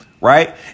right